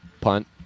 punt